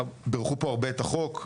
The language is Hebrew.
בירכו פה הרבה את החוק,